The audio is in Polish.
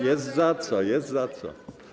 Jest za co, jest za co.